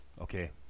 Okay